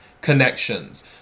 connections